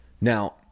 now